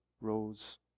rose